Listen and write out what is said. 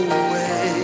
away